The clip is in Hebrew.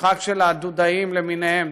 משחק של ה"דודאים" למיניהם,